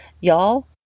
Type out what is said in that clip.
Y'all